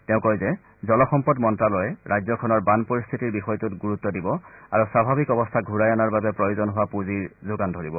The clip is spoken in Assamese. তেওঁ কয় যে জলসম্পদ মন্ত্যালয়ে ৰাজ্যখনৰ বান পৰিস্থিতিৰ বিষয়টোত গুৰুত্ব দিব আৰু স্বাভাৱিক অৱস্থা ঘূৰাই অনাৰ বাবে প্ৰয়োজন হোৱা পুঁজিৰ যোগান ধৰিব